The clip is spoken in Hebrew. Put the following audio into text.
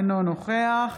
אינו נוכח